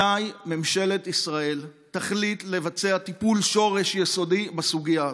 מתי ממשלת ישראל תחליט לבצע טיפול שורש יסודי בסוגיה הזאת?